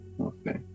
Okay